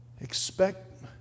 Expect